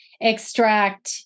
extract